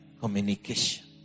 Communication